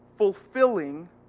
Fulfilling